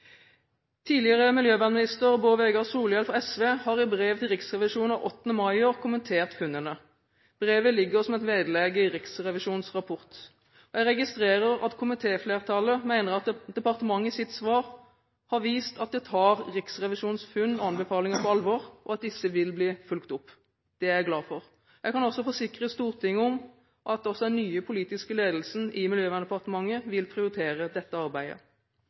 Tidligere miljøvernminister Bård Vegar Solhjell fra SV har i brev til Riksrevisjonen av 8. mai i år kommentert funnene. Brevet ligger som et vedlegg i Riksrevisjonens rapport. Jeg registrerer at komitéflertallet mener at departementet i sitt svar har vist at det tar Riksrevisjonens funn og anbefalinger på alvor, og at disse vil bli fulgt opp. Det er jeg glad for. Jeg kan forsikre Stortinget om at også den nye politiske ledelsen i Miljøverndepartementet vil prioritere dette arbeidet.